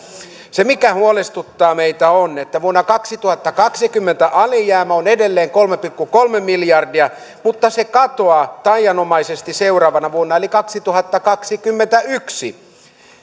se mikä huolestuttaa meitä on se että vuonna kaksituhattakaksikymmentä alijäämä on edelleen kolme pilkku kolme miljardia mutta se katoaa taianomaisesti seuraavana vuonna eli kaksituhattakaksikymmentäyksi